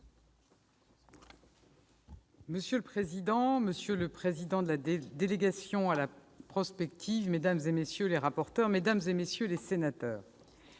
Monsieur le président, monsieur le président de la délégation à la prospective, mesdames, messieurs les rapporteurs, mesdames, messieurs les sénateurs,